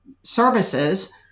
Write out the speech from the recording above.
services